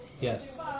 Yes